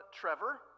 Trevor